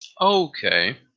Okay